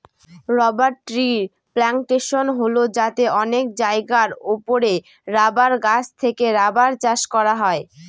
rubber ট্রির plantation হল যাতে অনেক জায়গার ওপরে রাবার গাছ থেকে রাবার চাষ করা হয়